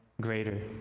greater